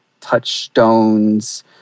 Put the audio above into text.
touchstones